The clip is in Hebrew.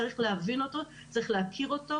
צריך להבין אותו וצריך להכיר אותו,